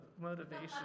motivation